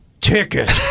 ticket